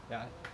ya